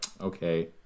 Okay